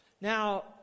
Now